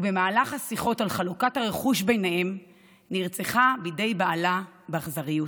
ובמהלך השיחות על חלוקת הרכוש ביניהם נרצחה בידי בעלה באכזריות,